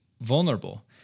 vulnerable